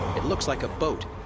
it looks like a boat,